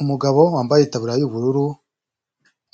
Umugabo wambaye itaburiya y'ubururu